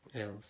else